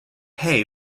hay